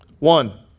One